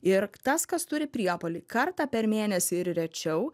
ir tas kas turi priepuolį kartą per mėnesį ir rečiau